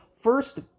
first